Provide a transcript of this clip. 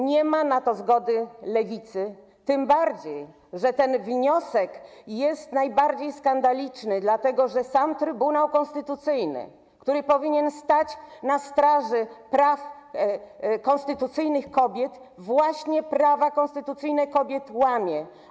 Nie ma na to zgody Lewicy, tym bardziej że ten wniosek jest najbardziej skandaliczny, dlatego że sam Trybunał Konstytucyjny, który powinien stać na straży praw konstytucyjnych kobiet, właśnie prawa konstytucyjne kobiet łamie.